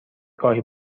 گاهی